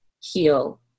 Heal